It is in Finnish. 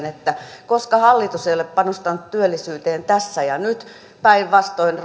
että koska hallitus ei ole panostanut työllisyyteen tässä ja nyt päinvastoin